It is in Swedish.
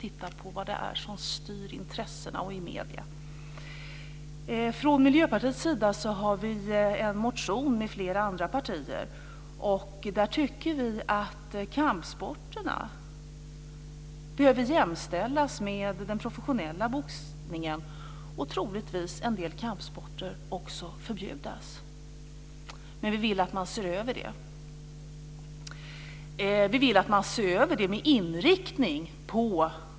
Titta på vad det är som styr intressena och i medierna! Från Miljöpartiets sida har vi en motion med flera andra partier om att vi tycker att kampsporterna behöver jämställas med den professionella boxningen och att en del kampsporter troligtvis också behöver förbjudas.